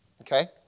Okay